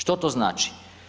Što to znači?